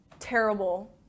Terrible